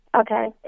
okay